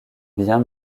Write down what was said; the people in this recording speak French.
bien